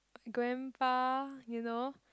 grandpa you know